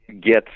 get